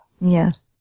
Yes